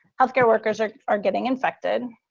healthcare workers are are getting infected.